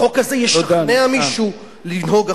החוק הזה ישכנע מישהו לנהוג אחרת?